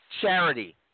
charity